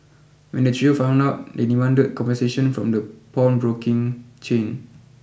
when the trio found out they demanded a compensation from the pawnbroking chain